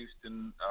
Houston